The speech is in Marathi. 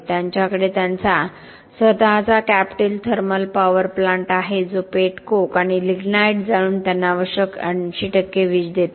त्यांच्याकडे त्यांचा स्वतःचा कॅप्टिव्ह थर्मल पॉवर प्लांट आहे जो पेट कोक आणि लिग्नाइट जाळून त्यांना आवश्यक 80 वीज देतो